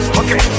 okay